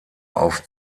auf